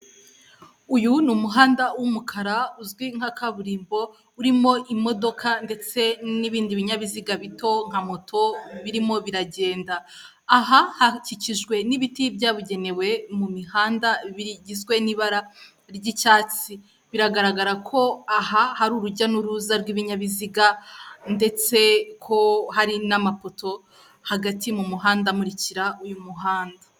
Uyu ni umuhanda w'umukara uzwi nka kaburimbo, urimo imodoka ndetse n'ibindi binyabiziga bito nka moto birimo biragenda. Aha hakikijwe n'ibiti byabugenewe mu mihanda, bigizwe n'ibara ry'icyatsi. Biragaragara ko aha hari urujya n'uruza rw'ibinyabiziga, ndetse ko hari n'amapoto hagati mu muhanda amurikira uyu muhanda.